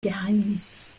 geheimnis